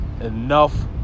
enough